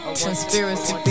conspiracy